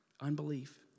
Unbelief